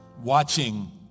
watching